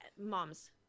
moms